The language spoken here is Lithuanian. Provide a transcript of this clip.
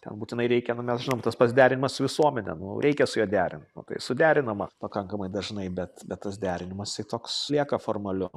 ten būtinai reikia nu mes žinom tas pats derinimas su visuomene nu reikia su ja derint nu tai suderinama pakankamai dažnai bet bet tas derinimas jisai toks lieka formaliu